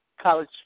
College